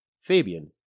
Fabian